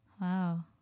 wow